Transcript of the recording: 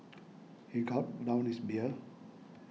he gulped down his beer